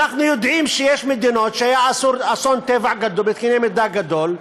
אנחנו יודעים שיש מדינות שהיה בהן אסון טבע בקנה מידה גדול,